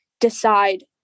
decide